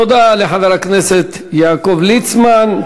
תודה לחבר הכנסת יעקב ליצמן.